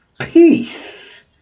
Peace